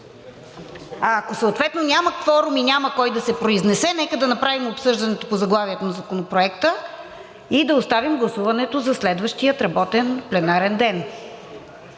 ако съответно няма кворум и няма кой да се произнесе, нека да направим обсъждането по заглавието на Законопроекта и да оставим гласуването за следващия работен пленарен ден.